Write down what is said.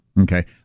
Okay